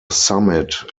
summit